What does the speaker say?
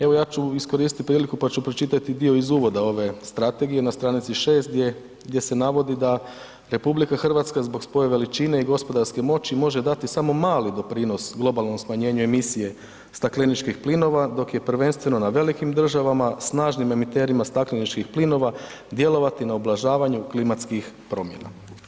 Evo, ja ću iskoristiti priliku pa ću pročitati dio iz uvod ove strategije na stranici 6 gdje se navodi da RH zbog svoje veličine i gospodarske moći može dati samo mali doprinos globalnom smanjenju emisije stakleničkih plinova dok je prvenstveno na velikim državama, snažnim emiterima stakleničkih plinova djelovati na ublažavanju klimatskih promjena.